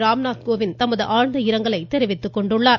ராம்நாத் கோவிந்த் தமது ஆழ்ந்த இரங்கலை தெரிவித்துக் கொண்டுள்ளார்